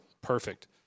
perfect